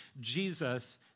Jesus